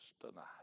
tonight